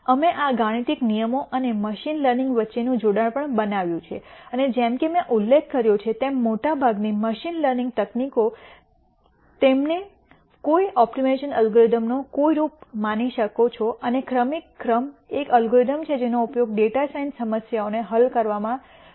અમે આ ગાણિતીક નિયમો અને મશીન લર્નિંગ વચ્ચેનું જોડાણ પણ બનાવ્યું છે અને જેમકે મેં ઉલ્લેખ કર્યો છે તેમ મોટાભાગની મશીન લર્નિંગ તકનીકો તમે તેમને કોઈ ઓપ્ટિમાઇઝેશન એલ્ગોરિધમનો કોઈ રૂપ માની શકો છો અને ક્રમિક ક્રમ એ એક એલ્ગોરિધમ છે જેનો ઉપયોગ ડેટા સાયન્સ સમસ્યાઓને હલ કરવામાં થોડો ઉપયોગ કરવામાં આવે છે